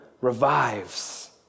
revives